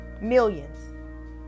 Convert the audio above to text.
Millions